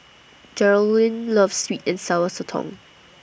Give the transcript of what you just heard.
Geralyn loves Sweet and Sour Sotong